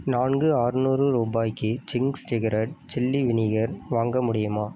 நான்கு அறுநூறு ரூபாய்க்கு சிங்க்ஸ் சீக்ரட் சில்லி வினீகர் வாங்க முடியுமா